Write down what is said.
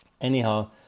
Anyhow